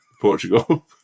portugal